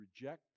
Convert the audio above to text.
reject